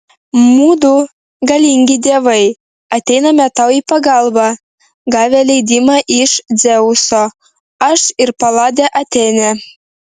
mudu galingi dievai ateiname tau į pagalbą gavę leidimą iš dzeuso aš ir paladė atėnė